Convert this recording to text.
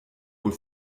wohl